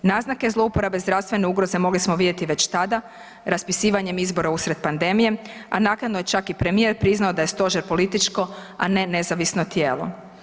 Naznake zlouporabe zdravstvene ugroze mogli smo vidjeti već tada raspisivanjem izbora usred pandemije, a naknadno je čak i premijer priznao da je stožer političko, a ne nezavisno tijelo.